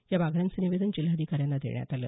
या मागण्यांचं निवेदन जिल्हाधिकाऱ्यांना देण्यात आलं